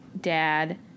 dad